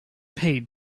paid